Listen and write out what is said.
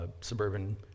suburban